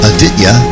Aditya